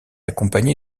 accompagné